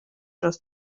dros